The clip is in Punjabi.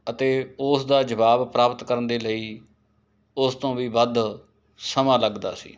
ਅਤੇ ਉਸਦਾ ਜਵਾਬ ਪ੍ਰਾਪਤ ਕਰਨ ਦੇ ਲਈ ਉਸ ਤੋਂ ਵੀ ਵੱਧ ਸਮਾਂ ਲੱਗਦਾ ਸੀ